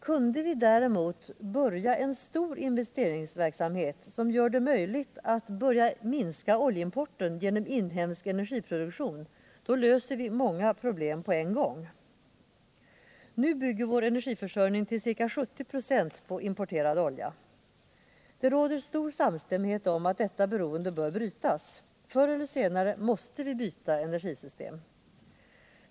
Om vi däremot kunde börja en stor investeringsverksamhet som gör det möjligt att successivt minska oljeimporten genom inhemsk energiproduktion, så skulle vi lösa många problem på en gång. Nu bygger vår energiförsörjning till ca 70 96 på importerad olja. Det råder stor samstämmighet om att detta oljeberoende bör brytas. Förr eller senare måste vi byta energisystem.